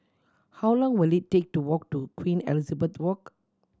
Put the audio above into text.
how long will it take to walk to Queen Elizabeth Walk